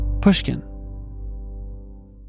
Pushkin